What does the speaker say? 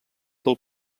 del